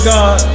God